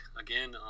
again